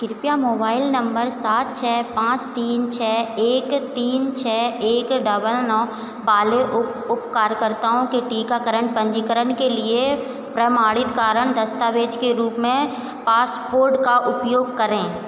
कृपया मोबाइल नम्बर सात छह पाँच तीन छह एक तीन छह एक डबल नौ वाले उप उपकार कर्ताओं के टीका पन्जीकरण के लिए प्रमाणीकरण दस्तावेज़ के रूप में पासपोर्ट का उपयोग करें